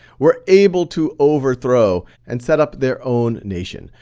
were able to overthrow and set up their own nation,